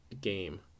game